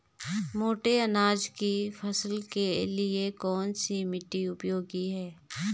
मोटे अनाज की फसल के लिए कौन सी मिट्टी उपयोगी है?